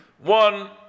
One